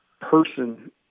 person